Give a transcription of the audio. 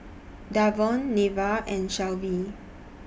Davon Nira and Shelvie